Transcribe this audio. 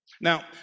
Now